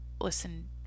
Listen